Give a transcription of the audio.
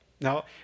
Now